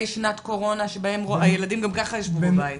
שנת קורונה שממילא הילדים ישבו בבית.